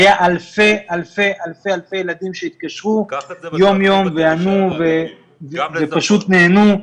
היו אלפי אלפי אלפי ילדים שהתקשרו יום יום וענו והם פשוט נהנו.